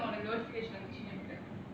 notification வந்துச்சு நேத்து:vandhuchu nethu